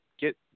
get